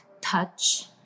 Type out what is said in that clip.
touch